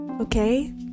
Okay